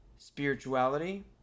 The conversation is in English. spirituality